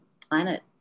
planet